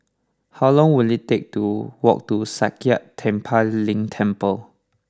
how long will it take to walk to Sakya Tenphel Ling Temple